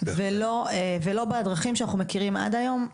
ולא בדרכים שאנחנו מכירים עד היום,